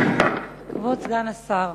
כבוד סגן השר,